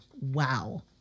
wow